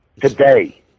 today